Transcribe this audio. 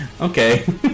okay